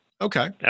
Okay